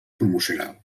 promocional